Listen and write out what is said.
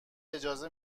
اجازه